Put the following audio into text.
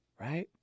Right